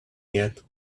yet